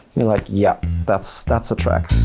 you're like yep that's that's a track.